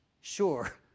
sure